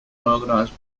organized